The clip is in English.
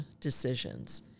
decisions